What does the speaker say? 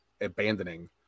abandoning